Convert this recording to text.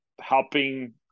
helping